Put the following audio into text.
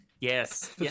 Yes